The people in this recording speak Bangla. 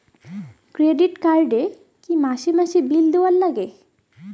ক্রেডিট কার্ড এ কি মাসে মাসে বিল দেওয়ার লাগে?